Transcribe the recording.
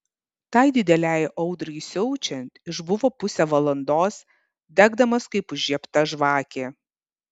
tai didelei audrai siaučiant išbuvo pusę valandos degdamas kaip užžiebta žvakė